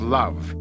love